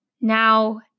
now